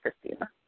Christina